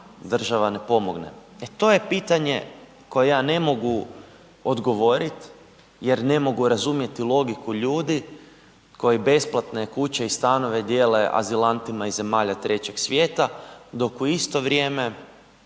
država ne pomogne? E to je pitanje na koje ja ne mogu odgovoriti jer ne mogu razumjeti logiku ljudi koji besplatne kuće i stanove dijele azilantima iz zemalja trećeg svijeta dok u isto vrijeme